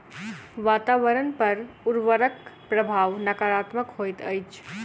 वातावरण पर उर्वरकक प्रभाव नाकारात्मक होइत अछि